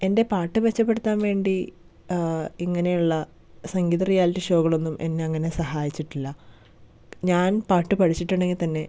എന്റെ പാട്ട് മെച്ചപ്പെടുത്താൻ വേണ്ടി ഇങ്ങനെയുള്ള സംഗീത റിയാലിറ്റി ഷോകളൊന്നും എന്നെ അങ്ങനെ സഹായിച്ചിട്ടില്ല ഞാൻ പാട്ട് പഠിച്ചിട്ടുണ്ടെങ്കിൽ തന്നെ